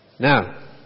Now